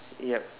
yup